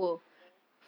mm